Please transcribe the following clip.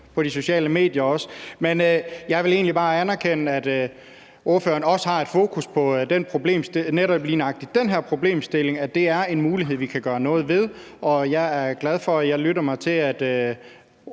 på de sociale medier. Men jeg vil egentlig bare anerkende, at ordføreren også har et fokus på lige nøjagtig den her problemstilling, altså at det er noget, vi kan gøre noget ved, og jeg er glad for, at hr. Erling Bonnesen